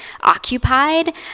occupied